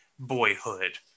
boyhood